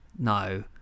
No